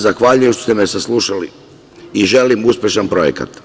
Zahvaljujem se što ste me saslušali i želim uspešan projekat.